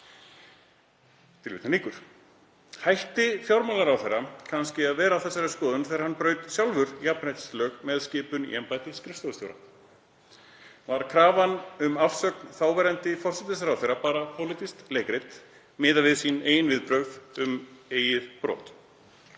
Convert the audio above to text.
bindandi.“ Hætti fjármálaráðherra kannski að vera á þessari skoðun þegar hann braut sjálfur jafnréttislög með skipun í embætti skrifstofustjóra? Var krafan um afsögn þáverandi forsætisráðherra bara pólitískt leikrit miðað við viðbrögð hans við eigin broti?